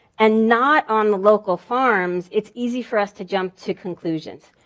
and not on the local farms, it's easy for us to jump to conclusions.